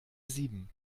sieben